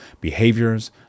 behaviors